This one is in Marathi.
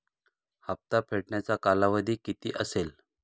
हप्ता फेडण्याचा कालावधी किती असेल?